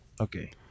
okay